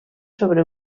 sobre